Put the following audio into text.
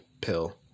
pill